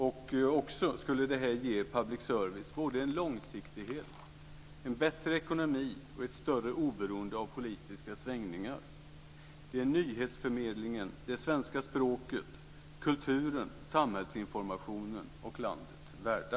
Det här skulle också ge public service en långsiktighet, en bättre ekonomi och ett större oberoende av politiska svängningar. Det är nyhetsförmedlingen, det svenska språket, kulturen, samhällsinformationen och landet värda.